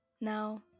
Now